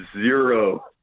zero